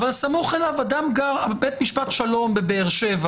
אבל בית משפט שלום בבאר שבע